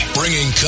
bringing